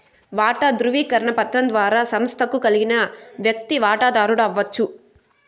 వాటా దృవీకరణ పత్రం ద్వారా సంస్తకు కలిగిన వ్యక్తి వాటదారుడు అవచ్చు